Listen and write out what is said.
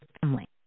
family